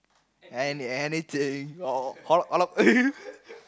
and anything or